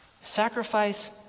Sacrifice